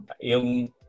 yung